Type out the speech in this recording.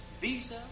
Visa